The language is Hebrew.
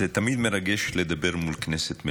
זה תמיד מרגש לדבר מול כנסת מלאה.